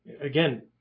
again